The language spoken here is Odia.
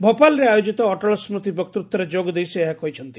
ଭୋପାଲ୍ରେ ଆୟୋଜିତ ଅଟଳ ସ୍ଚତି ବକ୍ତୁତାରେ ଯୋଗଦେଇ ସେ ଏହା କହିଛନ୍ତି